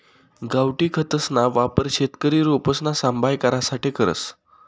गावठी खतसना वापर शेतकरी रोपसना सांभाय करासाठे करस